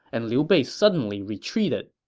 and liu bei suddenly retreated.